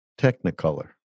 technicolor